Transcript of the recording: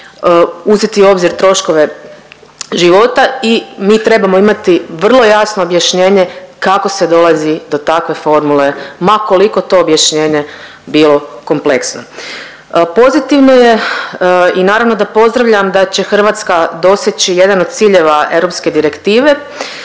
uzeti u obzir troškove života i mi trebamo imati vrlo jasno objašnjenje kako se dolazi do takve formule, ma koliko to objašnjenje bilo kompleksno. Pozitivno je i naravno da pozdravljam da će Hrvatska doseći jedan od ciljeva europske direktive